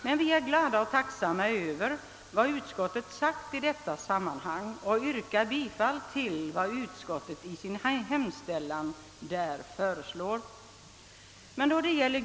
Men vi är glada och tacksamma för vad utskottet i detta sammanhang anfört och jag kommer att yrka bifall till utskottets hemställan därvidlag.